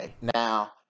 Now